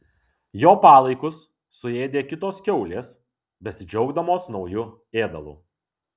jo palaikus suėdė kitos kiaulės besidžiaugdamos nauju ėdalu